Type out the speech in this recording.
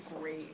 great